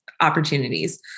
opportunities